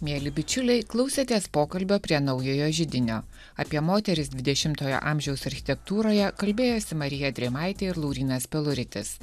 mieli bičiuliai klausėtės pokalbio prie naujojo židinio apie moteris dvidešimtojo amžiaus architektūroje kalbėjosi marija drėmaitė ir laurynas peluritis